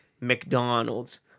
mcdonald's